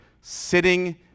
sitting